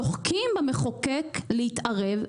דוחקים במחוקק להתערב,